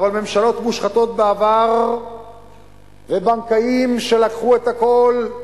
אבל ממשלות מושחתות בעבר ובנקאים שלקחו את הכול,